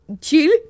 chill